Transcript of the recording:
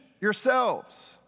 yourselves